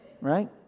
Right